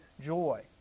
joy